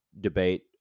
debate